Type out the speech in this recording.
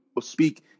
speak